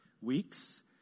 weeks